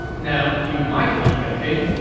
now, you might be thinking,